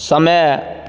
समय